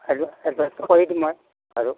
এডভাঞ্চটো কৰি দিম মই আৰু